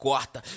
Corta